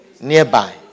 nearby